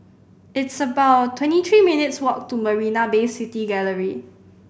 it's about twenty three minutes' walk to Marina Bay City Gallery